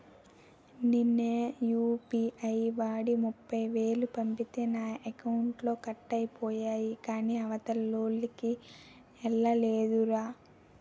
నిన్ననే యూ.పి.ఐ వాడి ముప్ఫైవేలు పంపితే నా అకౌంట్లో కట్ అయిపోయాయి కాని అవతలోల్లకి ఎల్లలేదురా